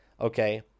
okay